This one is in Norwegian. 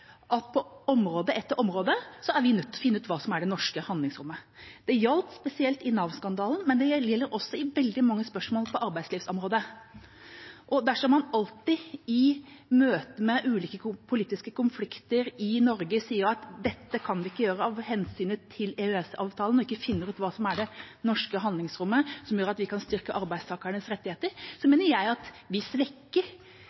på område etter område er nødt til å finne ut hva som er det norske handlingsrommet. Det gjaldt spesielt i Nav-skandalen, og det gjelder i veldig mange spørsmål på arbeidslivsområdet. Dersom man i møte med ulike politiske konflikter i Norge alltid sier at dette kan vi ikke gjøre av hensyn til EØS-avtalen, og ikke finner ut hva som er det norske handlingsrommet som gjør at vi kan styrke arbeidstakernes rettigheter,